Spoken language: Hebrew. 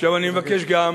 עכשיו אני מבקש גם,